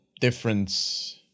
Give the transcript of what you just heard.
difference